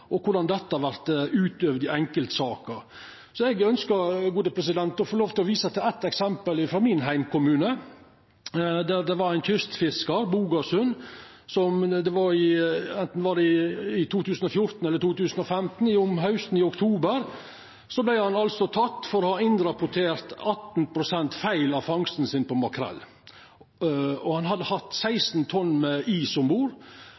og korleis dette vert utøvd i enkeltsaker. Eg ønskjer å få lov til å visa til eitt eksempel frå min heimkommune, der det var ein kystfiskar på «Bogasund» – det var om hausten, i oktober, enten i 2014 eller 2015 – som vart teken for å innrapportert 18 pst. feil av fangsten sin på makrell. Han hadde 16 tonn med is om bord,